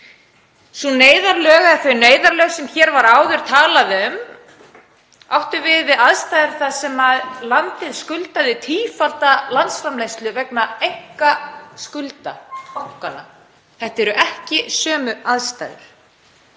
skylt. Þau neyðarlög sem hér var áður talað um áttu við aðstæður þar sem landið skuldaði tífalda landsframleiðslu vegna einkaskulda bankanna. Þetta eru ekki sömu aðstæður.